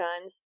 guns